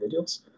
videos